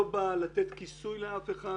הוועדה הזאת לא באה לתת כיסוי לאף אחד